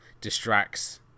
distracts